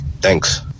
Thanks